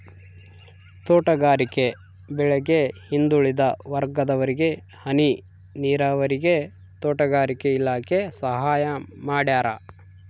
ತೋಟಗಾರಿಕೆ ಬೆಳೆಗೆ ಹಿಂದುಳಿದ ವರ್ಗದವರಿಗೆ ಹನಿ ನೀರಾವರಿಗೆ ತೋಟಗಾರಿಕೆ ಇಲಾಖೆ ಸಹಾಯ ಮಾಡ್ಯಾರ